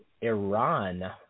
Iran